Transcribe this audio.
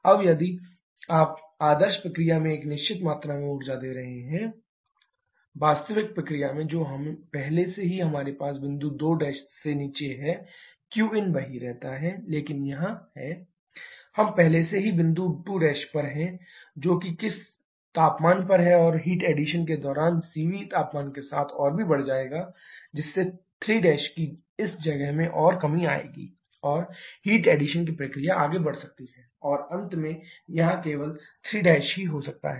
अब यदि आप आदर्श प्रक्रिया में एक निश्चित मात्रा में ऊर्जा दे रहे हैं qincvT3 T2 वास्तविक प्रक्रिया में जो पहले से ही हमारे पास बिंदु 2' से नीचे है qin वही रहता है लेकिन यहाँ है cvT3 T2 हम पहले से ही बिंदु 2' पर हैं जो कि किस तापमान पर है और हीट एडिशन के दौरान CV तापमान के साथ और भी बढ़ जाएगा जिससे 3 की इस जगह में और कमी आएगी और हीट एडिशन की प्रक्रिया आगे बढ़ सकती है और अंत में यहाँ केवल 3' ही हो सकती है